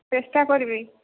ଚେଷ୍ଟା କରିବି